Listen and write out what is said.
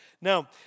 Now